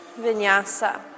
vinyasa